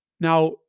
Now